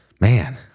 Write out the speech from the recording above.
Man